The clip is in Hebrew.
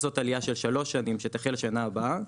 לעשות עלייה של שלוש שנים שתחל בשנה הבאה,